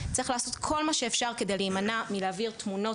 צריך לשעות כל מה שאפשר כדי להימנע מלהעביר תמונות